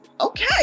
okay